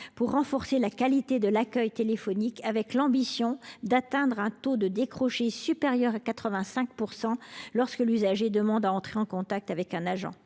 pour renforcer la qualité de l’accueil téléphonique. Notre ambition est d’atteindre un taux de décroché supérieur à 85 % lorsque l’usager demande à entrer en contact avec un agent.